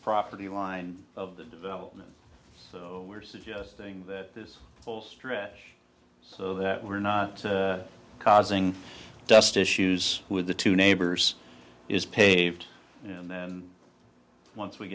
property line of the development we're suggesting that this whole stretch so that we're not causing dust issues with the two neighbors is paved you know and then once we